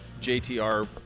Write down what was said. JTR